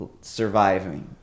surviving